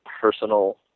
personal